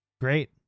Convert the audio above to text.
great